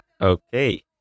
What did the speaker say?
Okay